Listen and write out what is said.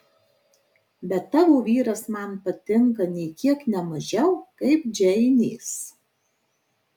bet tavo vyras man patinka nė kiek ne mažiau kaip džeinės